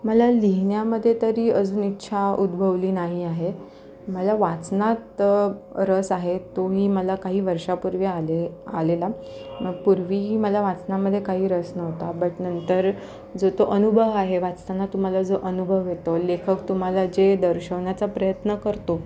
मला लिहिण्यामधे तरी अजून इच्छा उद्भवली नाही आहे मला वाचनात रस आहे तो मी मला काही वर्षापूर्वी आले आलेला पूर्वी मला वाचनामध्ये काही रस नव्हता बट नंतर जो तो अनुभव आहे वाचताना तुम्हाला जो अनुभव येतो लेखक तुम्हाला जे दर्शवण्याचा प्रयत्न करतो